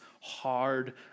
hard